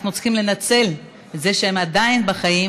אנחנו צריכים לנצל את זה שהם עדיין בחיים,